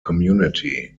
community